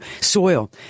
soil